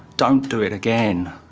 don't do it again.